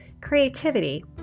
creativity